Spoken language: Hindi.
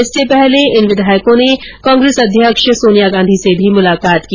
इससे पहले इन विधायकों ने कांग्रेस अध्यक्ष सोनिया गांधी से भी मुलाकात की